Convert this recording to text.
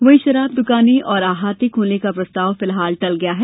वहीं शराब दुकानें और अहाते खोलने का प्रस्ताव फिलहाल टल गया है